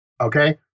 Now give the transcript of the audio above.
Okay